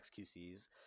xqc's